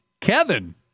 Kevin